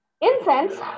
incense